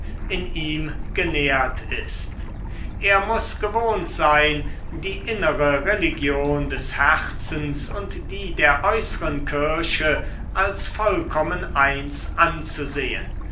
in ihm genährt ist er muß gewohnt sein die innere religion des herzens und die der äußeren kirche als vollkommen eins anzusehen